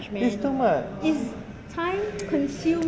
it's too much